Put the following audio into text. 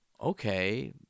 okay